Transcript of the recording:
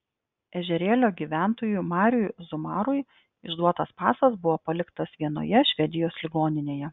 ežerėlio gyventojui mariui zumarui išduotas pasas buvo paliktas vienoje švedijos ligoninėje